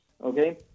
okay